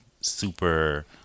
super